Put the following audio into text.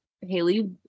Haley